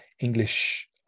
English